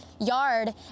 yard